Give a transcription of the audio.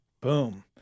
Boom